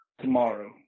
tomorrow